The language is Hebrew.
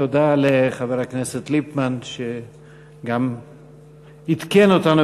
תודה לחבר הכנסת ליפמן שגם עדכן אותנו